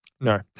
No